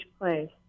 place